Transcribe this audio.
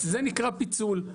זה נקרא פיצול.